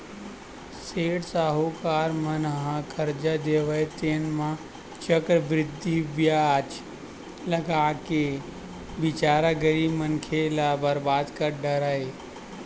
सेठ साहूकार मन ह करजा देवय तेन म चक्रबृद्धि बियाज लगाके बिचारा गरीब मनखे ल बरबाद कर डारय